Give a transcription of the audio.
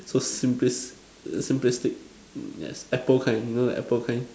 so simplistic simplistic yes apple kind you know like apple kind